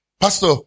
Pastor